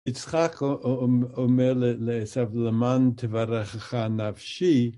יצחק אומר לעשיו למען תברכך נפשי